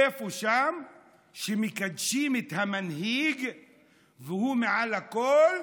איפה שמקדשים את המנהיג והוא מעל הכול,